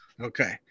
Okay